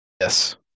Yes